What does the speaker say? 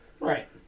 Right